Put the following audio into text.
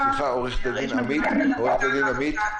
אכיפה --- עורכת-הדין עמית,